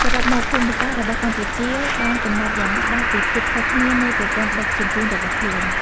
សរុបមក ភូមិសាស្ត្ររបស់កម្ពុជាបានកំណត់យ៉ាងច្បាស់ពីភាពខុសគ្នានៃប្រព័ន្ធដឹកជញ្ជូនរបស់ខ្លួន។